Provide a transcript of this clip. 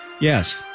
Yes